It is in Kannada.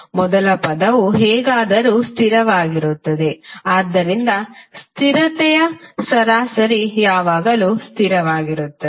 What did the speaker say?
ಮೊದಲ ಪದವು ಹೇಗಾದರೂ ಸ್ಥಿರವಾಗಿರುತ್ತದೆ ಆದ್ದರಿಂದ ಸ್ಥಿರತೆಯ ಸರಾಸರಿ ಯಾವಾಗಲೂ ಸ್ಥಿರವಾಗಿರುತ್ತದೆ